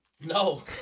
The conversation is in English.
No